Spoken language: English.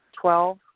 Twelve